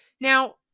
Now